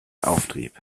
auftrieb